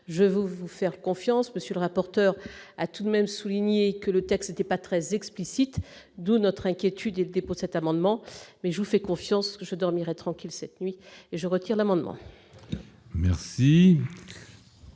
je vous faire confiance, monsieur le rapporteur, à tout de même souligné que le texte était pas très explicite, d'où notre inquiétude était pour cet amendement mais je vous fais confiance, je dormirai tranquille cette nuit et je retiens d'amendement. Merci.